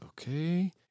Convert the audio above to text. Okay